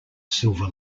silver